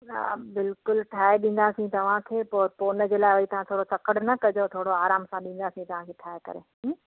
हा बिल्कुलु ठाहे ॾींदासीं तव्हांखे पोइ पोइ हुन जे लाइ तव्हां थोरो तकड़ न कजो थोरो आराम सां ॾींदासी तव्हांखे ठाहे करे